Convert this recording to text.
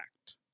Act